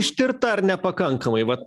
ištirta ar nepakankamai vat